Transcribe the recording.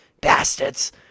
Bastards